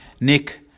Nick